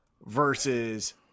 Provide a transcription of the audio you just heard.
versus